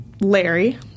Larry